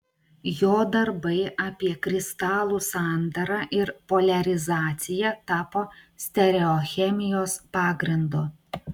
jo darbai apie kristalų sandarą ir poliarizaciją tapo stereochemijos pagrindu